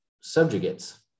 subjugates